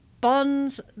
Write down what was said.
bonds